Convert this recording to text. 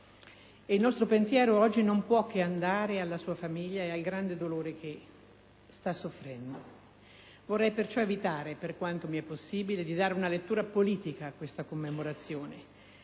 E il nostro pensiero, oggi, non può che andare alla sua famiglia e al grande dolore che sta provando. Vorrei perciò evitare, per quanto mi è possibile, di dare una lettura politica a questa commemorazione,